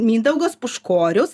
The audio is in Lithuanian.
mindaugas puškorius